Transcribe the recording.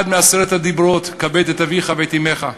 אחד מעשרת הדיברות, "כבד את אביך ואת אמך".